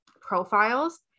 profiles